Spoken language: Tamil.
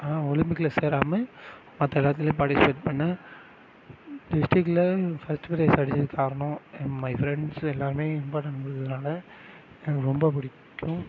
ஆனால் ஒலிம்பிக்கில் சேராமல் மற்ற எல்லாத்துலையும் பார்ட்டிசிபேட் பண்ணிணேன் டிஸ்ட்டிகில் ஃபர்ஸ்ட் ப்ரைஸ் அடித்ததுக்கு காரணம் மை ஃப்ரெண்ட்ஸ் எல்லாமே ரொம்ப நம்புறதினால எனக்கு ரொம்ப பிடிக்கும்